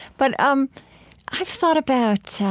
but um i've thought about